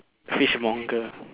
fishmonger